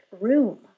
room